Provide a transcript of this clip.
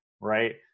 right